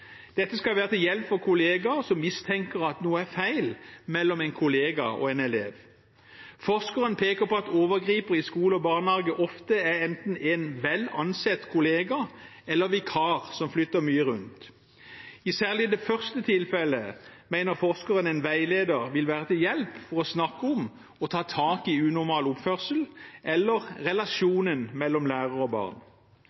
Dette skal være til hjelp for kollegaer som mistenker at noe er feil mellom en kollega og en elev. Forskeren peker på at overgripere i skole og barnehage ofte er enten en vel ansett kollega eller en vikar, som flytter mye rundt. I særlig det første tilfellet mener forskeren en veileder vil være til hjelp for å snakke om og ta tak i unormal oppførsel eller